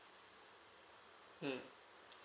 mm